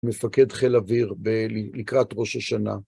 מפקד חיל אוויר ב... לקראת ראש השנה.